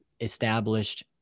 established